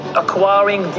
acquiring